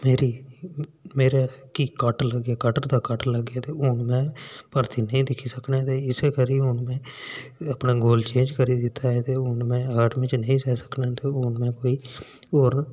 मेरा इक कट्ट लग्गे ते हुन में भर्थी नेईं दिक्खी सकना ते में इस्सै करी भर्थी नेई दिक्खी सकना ऐ ते इ्सै लेई हुन में अपना गोल चेंज करी दित्ता ऐ ते हुन में आर्मी च नेई जाई सकना ऐ ते हुन में कोई होर